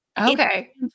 Okay